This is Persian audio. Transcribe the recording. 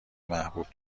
محبوب